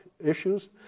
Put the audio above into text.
Issues